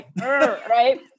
Right